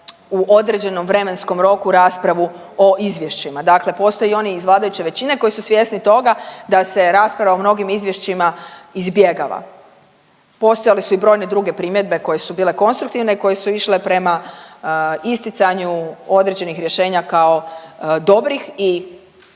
u određenom vremenskom roku raspravu o izvješćima. Dakle, postoje i oni iz vladajuće većine koji su svjesni toga da se rasprava o mnogim izvješćima izbjegava. Postojale su i brojne druge primjedbe koje su bile konstruktivne i koje su išle prema isticanju određenih rješenja kao dobrih i